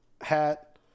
hat